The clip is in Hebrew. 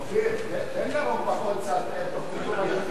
אופיר, תן לאורבך עוד קצת תוכנית אמנותית.